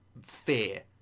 fear